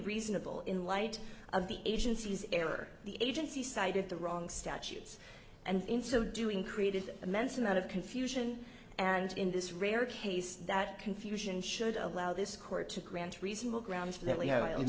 reasonable in light of the agency's error the agency cited the wrong statutes and in so doing created immense amount of confusion and in this rare case that confusion should allow this